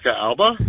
Alba